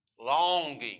longing